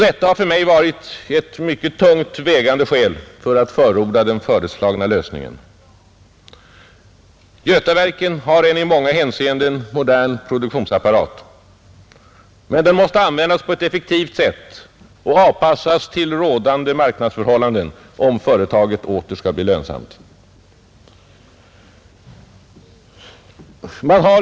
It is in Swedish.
Detta har för mig varit ett mycket tungt vägande skäl för att förorda den föreslagna lösningen. Götaverken har en i många hänseenden modern produktionsapparat. Men den måste användas på ett effektivt sätt och avpassas till rådande marknadsförhållanden, om företaget åter skall bli lönsamt.